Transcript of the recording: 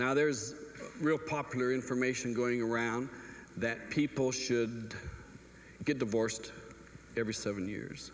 now there is real popular information going around that people should get divorced every seven years